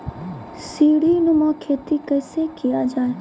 सीडीनुमा खेती कैसे किया जाय?